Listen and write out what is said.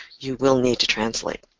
you will need to translate.